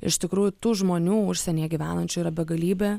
iš tikrųjų tų žmonių užsienyje gyvenančių yra begalybė